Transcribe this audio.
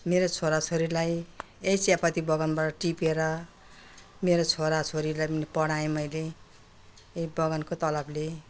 मेरो छोराछोरीलाई यही चियापत्ती बगानबाट टिपेर मेरो छोराछोरीलाई पनि पढाएँ मैले यही बगानको तलबले